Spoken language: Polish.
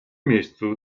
miejscu